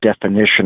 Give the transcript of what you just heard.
definition